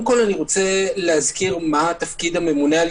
אני רוצה להזכיר מה תפקיד הממונה על